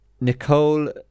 Nicole